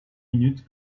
minutes